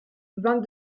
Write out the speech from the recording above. vingt